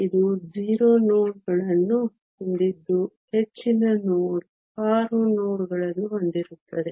ಇದು 0 ನೋಡ್ ಗಳನ್ನು ಹೊಂದಿದ್ದು ಹೆಚ್ಚಿನ ನೋಡ್ 6 ನೋಡ್ ಗಳನ್ನು ಹೊಂದಿರುತ್ತದೆ